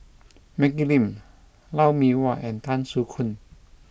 Maggie Lim Lou Mee Wah and Tan Soo Khoon